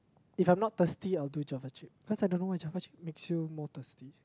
if I'm not thirsty I will do Java chip cause I don't know why Java chip makes you more thirsty